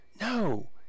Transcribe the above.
no